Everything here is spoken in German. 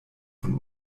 von